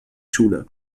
schule